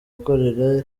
gukorera